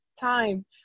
time